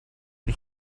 you